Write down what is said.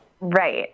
Right